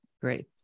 Great